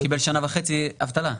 קיבל שנה וחצי אבטלה?